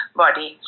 body